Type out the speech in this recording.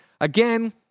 again